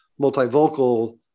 multivocal